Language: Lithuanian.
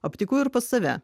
aptikau ir pas save